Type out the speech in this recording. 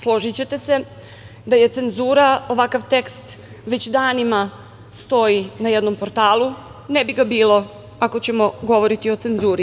Složićete se, da je cenzura, ovakav tekst već danima stoji na jednom portalu, ne bi ga bilo ako ćemo govoriti o cenzuri.